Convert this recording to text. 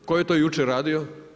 Tko je to jučer radio?